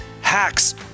hacks